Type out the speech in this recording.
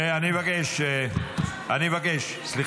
אני מבקש, סליחה.